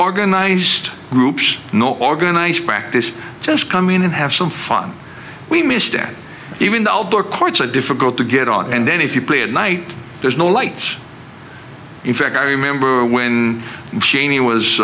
organized groups no organized practice just come in and have some fun we miss them even the outdoor courts are difficult to get on and then if you play at night there's no lights in fact i remember when cheney was